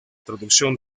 traducción